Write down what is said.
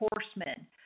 horsemen